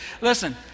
listen